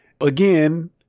Again